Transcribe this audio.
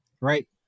right